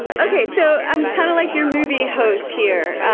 um okay so i'm kind of like your movie host here.